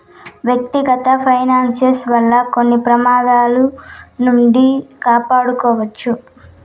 వ్యక్తిగత ఫైనాన్స్ వల్ల కొన్ని ప్రమాదాల నుండి కాపాడుకోవచ్చు